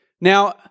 Now